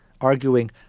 arguing